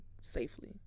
safely